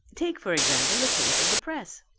take, for example, the case of the press.